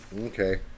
Okay